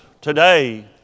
today